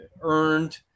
earned